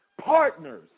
partners